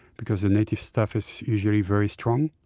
because the native stuff is usually very strong.